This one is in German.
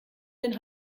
den